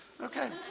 Okay